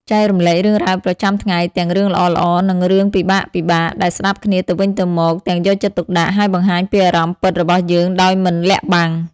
យើងត្រូវតែព្យាយាម និយាយគ្នាឲ្យបានញឹកញាប់តាមដែលអាចធ្វើបាន មិនថាជាការហៅទូរស័ព្ទ វីដេអូខល ឬផ្ញើសារនោះទេ។